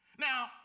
Now